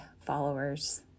followers